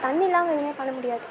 தண்ணி இல்லாமல் எதுவுமே பண்ண முடியாது